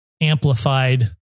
amplified